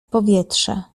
powietrze